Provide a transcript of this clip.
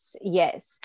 yes